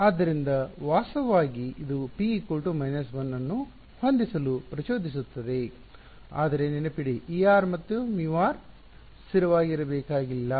ಆದ್ದರಿಂದ ವಾಸ್ತವವಾಗಿ ಇದು p 1 ಅನ್ನು ಹೊಂದಿಸಲು ಪ್ರಚೋದಿಸುತ್ತದೆ ಆದರೆ ನೆನಪಿಡಿ εr ಮತ್ತು μr ಸ್ಥಿರವಾಗಿರಬೇಕಾಗಿಲ್ಲ